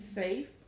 safe